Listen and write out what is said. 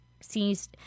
seems